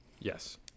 Yes